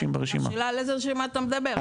השאלה על איזה רשימה אתה מדבר.